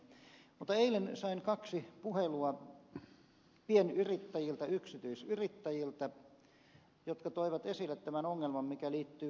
mutta eilen sain kaksi puhelua pienyrittäjiltä yksityisyrittäjiltä jotka toivat esille tämän ongelman mikä liittyy harmaaseen talouteen